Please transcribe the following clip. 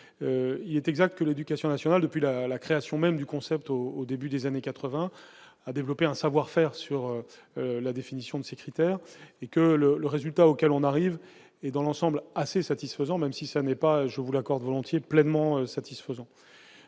il est exact que l'éducation nationale depuis la création même du concept au au début des années 80 a développé un savoir-faire sur la définition de ces critères et que le le résultat auquel on arrive, et dans l'ensemble assez satisfaisant, même si ça n'est pas, je vous l'accorde volontiers pleinement satisfaisant,